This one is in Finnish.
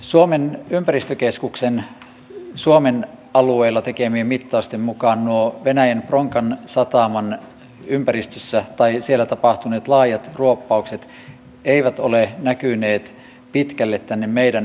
suomen ympäristökeskuksen suomen alueella tekemien mittausten mukaan nuo venäjän bronkan sataman ympäristössä tapahtuneet laajat ruoppaukset eivät ole näkyneet pitkälle tänne meidän aluevesillemme